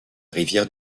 rivière